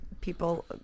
people